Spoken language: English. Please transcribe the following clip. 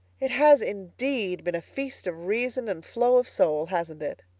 it has indeed been a feast of reason and flow of soul, hasn't it?